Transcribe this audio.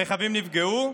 והרכבים נפגעו.